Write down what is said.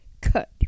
cut